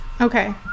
okay